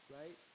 right